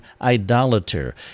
Idolater